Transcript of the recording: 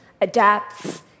adapts